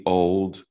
old